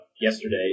yesterday